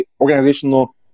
organizational